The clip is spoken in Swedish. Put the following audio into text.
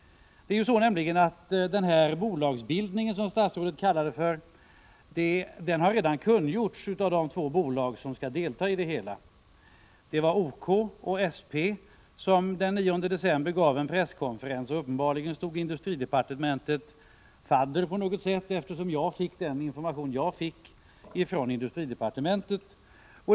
Det är nämligen så att den här bolagsbildningen, som statsrådet kallar den för, har redan kungjorts av de två bolag som skall delta i det hela. Det var OK och SP som den 9 december gav en presskonferens. Uppenbarligen stod industridepartementet fadder på något sätt, eftersom jag fick den information jag fick från industridepartementet.